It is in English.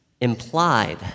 implied